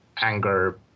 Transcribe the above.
anger